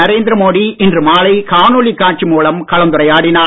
நரேந்திர மோடி இன்று மாலை காணொலி காட்சி மூலம் கலந்துரையாடினார்